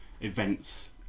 events